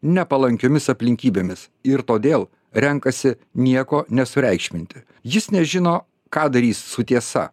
nepalankiomis aplinkybėmis ir todėl renkasi nieko nesureikšminti jis nežino ką darys su tiesa